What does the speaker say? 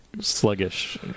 sluggish